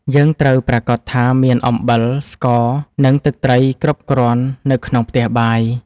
យើងត្រូវប្រាកដថាមានអំបិល ស្ករ និងទឹកត្រីគ្រប់គ្រាន់នៅក្នុងផ្ទះបាយ។